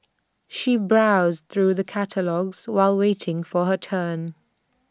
she browsed through the catalogues while waiting for her turn